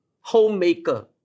homemaker